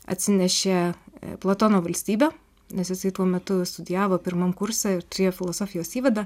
atsinešė platono valstybę nes jisai tuo metu studijavo pirmam kurse ir turėjo filosofijos įvadą